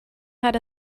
had